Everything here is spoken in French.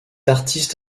artiste